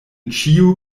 ĉiu